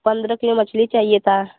और पंद्रह किलो मछली चाहिए था